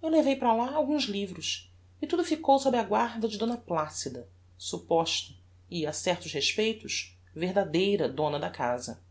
eu levei para lá alguns livros e tudo ficou sob a guarda de d placida supposta e a certos respeitos verdadeira dona da casa